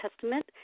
Testament